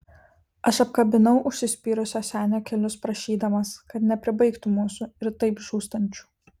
aš apkabinau užsispyrusio senio kelius prašydamas kad nepribaigtų mūsų ir taip žūstančių